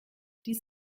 dies